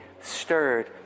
stirred